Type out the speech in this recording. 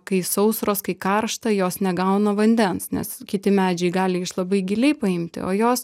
kai sausros kai karšta jos negauna vandens nes kiti medžiai gali iš labai giliai paimti o jos